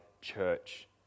church